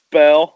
Spell